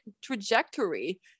trajectory